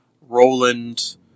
Roland